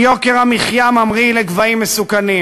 כי יוקר המחיה ממריא לגבהים מסוכנים.